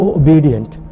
obedient